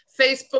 facebook